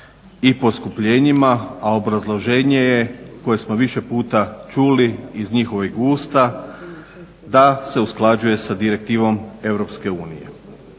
i poskupljenjima, a obrazloženje je koje smo više puta čuli iz njihovih usta da se usklađuje sa direktivom Europske unije.